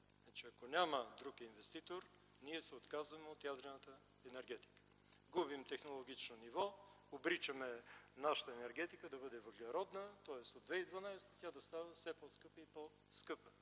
ако няма друг инвеститор, ние се отказваме от ядрената енергетика. Губим технологично ниво, обричаме нашата енергетика да бъде въглеродна, тоест от 2012 г. тя да става все по-скъпа и по-скъпа.